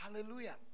Hallelujah